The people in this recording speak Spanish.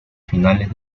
finales